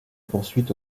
poursuit